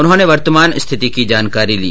उन्होंने वर्तमान स्थिति की जानकारी ली